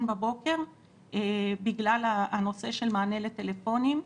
בבוקר בגלל הנושא של מענה לטלפונים.